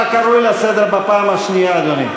אתה קרוא לסדר בפעם השנייה, אדוני.